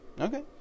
Okay